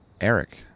Eric